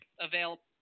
available